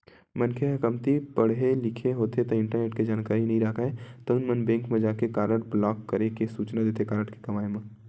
मनखे ह कमती पड़हे लिखे होथे ता इंटरनेट के जानकारी नइ राखय तउन मन बेंक म जाके कारड ब्लॉक करे के सूचना देथे कारड के गवाय म